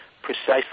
precisely